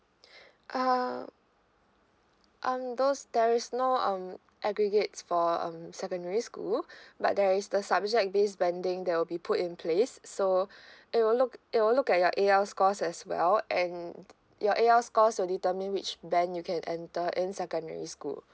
um um those there is no um aggregates for um secondary school but there is the subject this banding they'll be put in place so it will look it will look at your A_L scores as well and your A_L scores will determine which band you can enter in secondary school